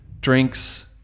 drinks